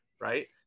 right